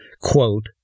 quote